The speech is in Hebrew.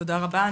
תודה רבה.